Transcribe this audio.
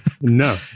No